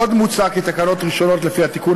עוד מוצע כי תקנות ראשונות לפי התיקון